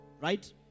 Right